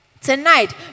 Tonight